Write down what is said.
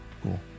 Cool